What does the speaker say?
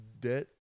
debt